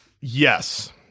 Yes